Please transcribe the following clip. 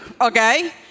okay